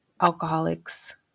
alcoholics